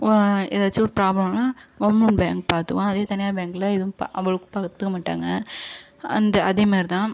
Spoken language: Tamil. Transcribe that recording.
இப்போது ஏதாச்சும் ஒரு ப்ராப்ளம்னா கவர்மெண்ட் பேங்க் பார்த்துக்கும் அதே தனியார் பேங்கில் எதுவும் ப அவ்வளோக்கு பார்த்துக்க மாட்டாங்க வந்து அதே மாரி தான்